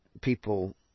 people